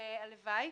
הלוואי,